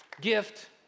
gift